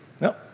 no